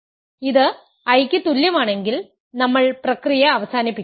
ഇത് I ക്ക് തുല്യമാണെങ്കിൽ നമ്മൾ പ്രക്രിയ അവസാനിപ്പിക്കും